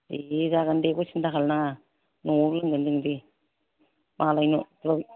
दे जागोन दे बेखौ सिनथा खालामनो नाङा न'आवनो लोंगोन जों दे मालायनियाव